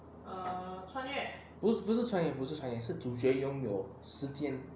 不是不是穿越不是穿越是主角拥有时间